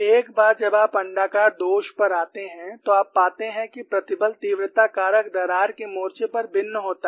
एक बार जब आप अण्डाकार दोष पर आते हैं तो आप पाते हैं कि प्रतिबल तीव्रता कारक दरार के मोर्चे पर भिन्न होता है